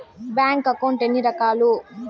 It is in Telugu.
బ్యాంకు అకౌంట్ ఎన్ని రకాలు